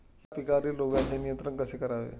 कांदा पिकावरील रोगांचे नियंत्रण कसे करावे?